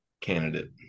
candidate